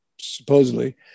supposedly